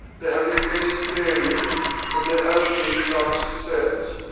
there have been many failures, but there has been some success,